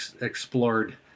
explored